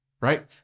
Right